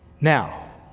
Now